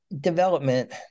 development